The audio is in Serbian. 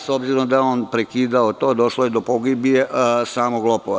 S obzirom da je on prekidao to, došlo je do pogibije samog lopova.